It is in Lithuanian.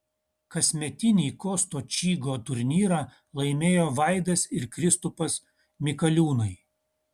kasmetinį kosto čygo turnyrą laimėjo vaidas ir kristupas mikaliūnai